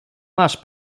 masz